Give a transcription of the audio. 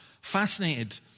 fascinated